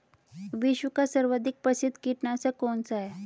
विश्व का सर्वाधिक प्रसिद्ध कीटनाशक कौन सा है?